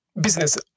business